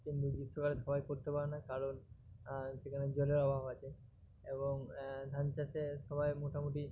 কিন্তু গ্রীষ্মকালে সবাই করতে পারে না কারণ সেখানে জলের অভাব আছে এবং ধান চাষের সময় মোটামুটি